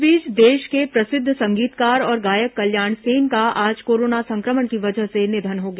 इस बीच देश के प्रसिद्ध संगीतकार और गायक कल्याण सेन का आज कोरोना संक्रमण की वजह से निधन हो गया